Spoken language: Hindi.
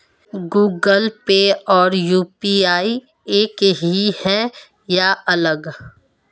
गूगल पे और यू.पी.आई एक ही है या अलग?